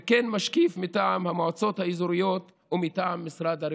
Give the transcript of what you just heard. וכן משקיף מטעם המועצות האזוריות או מטעם משרד הרווחה.